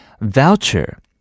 voucher